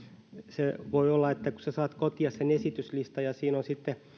se voi olla että kun sinä saat kotiin sen esityslistan ja siinä on sitten